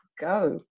go